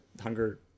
Hunger